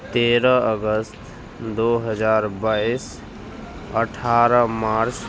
تیرہ اگست دو ہزار بائیس اٹھارہ مارچ